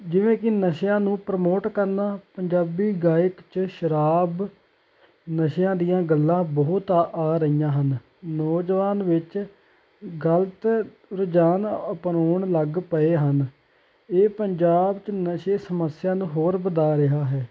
ਜਿਵੇਂ ਕਿ ਨਸ਼ਿਆਂ ਨੂੰ ਪ੍ਰਮੋਟ ਕਰਨਾ ਪੰਜਾਬੀ ਗਾਇਕ 'ਚ ਸ਼ਰਾਬ ਨਸ਼ਿਆਂ ਦੀਆਂ ਗੱਲਾਂ ਬਹੁਤ ਆ ਰਹੀਆਂ ਹਨ ਨੌਜਵਾਨ ਵਿੱਚ ਗਲਤ ਰੁਝਾਨ ਅਪਣਾਉਣ ਲੱਗ ਪਏ ਹਨ ਇਹ ਪੰਜਾਬ 'ਚ ਨਸ਼ੇ ਸਮੱਸਿਆ ਨੂੰ ਹੋਰ ਵਧਾ ਰਿਹਾ ਹੈ